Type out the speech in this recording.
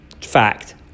Fact